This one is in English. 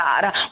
God